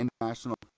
international